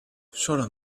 sólo